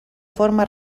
forma